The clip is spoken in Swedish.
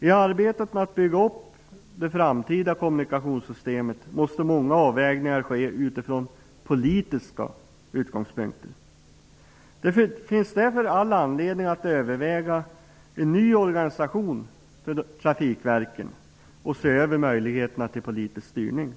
I arbetet med att bygga upp det framtida kommunikationssystemet måste många avvägningar göras utifrån politiska utgångspunkter. Det finns därför all anledning att överväga en ny organisation för trafikverken och se över möjligheterna till politisk styrning.